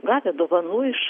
gavę dovanų iš